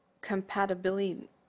compatibility